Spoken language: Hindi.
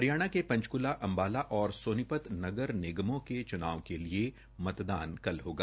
हरियाणा के पंचकूला अंबाला और सोनीपत नगर निगमों के चुनाव के लिए मतदान कल कल होगा